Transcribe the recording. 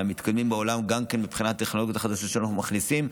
גם מבחינת הטכנולוגיות החדשות שאנחנו מכניסים,